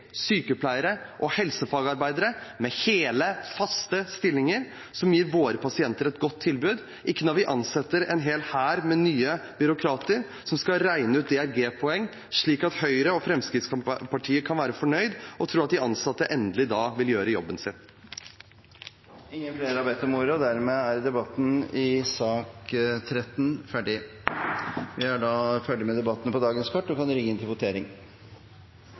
sykepleiere og helsefagarbeidere i hele, faste stillinger, som gir våre pasienter et godt tilbud – ikke når vi ansetter en hel hær med nye byråkrater som skal regne ut DRG-poeng, slik at Høyre og Fremskrittspartiet kan være fornøyd og tro at de ansatte da endelig vil gjøre jobben sin. Flere har ikke bedt om ordet til sak nr. 13. Vi er klare til å gå til votering over sakene på dagens kart. Sak nr. 1 gjaldt valg av medlemmer til valgkomiteen og